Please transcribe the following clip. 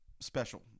special